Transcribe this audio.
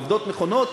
העובדות נכונות.